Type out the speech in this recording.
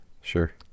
Sure